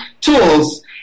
tools